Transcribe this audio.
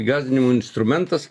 gąsdinimų instrumentas